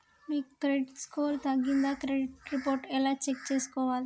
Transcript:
మీ credit score తగ్గిందా credit report ఎలా check చేసుకోవాలి?